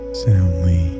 soundly